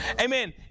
Amen